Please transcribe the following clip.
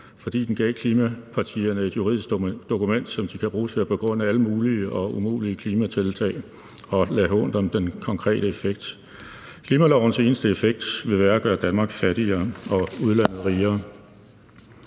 fordi den gav klimapartierne et juridisk dokument, som de kan bruge til at begrunde alle mulige og umulige klimatiltag og lade hånt om den konkrete effekt. Klimalovens eneste effekt vil være at gøre Danmark fattigere og udlandet rigere.